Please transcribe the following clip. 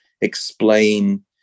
explain